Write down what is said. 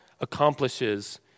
accomplishes